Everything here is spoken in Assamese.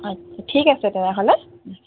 আচ্ছা ঠিক আছে তেতিয়াহ'লে